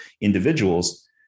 individuals